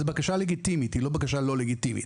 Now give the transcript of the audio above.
זאת בקשה לגיטימית, זאת לא בקשה לא לגיטימית.